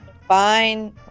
Fine